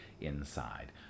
inside